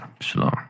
Shalom